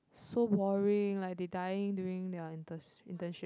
so boring like they dying during their inters~ internship